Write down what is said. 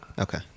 Okay